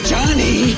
Johnny